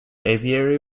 aviary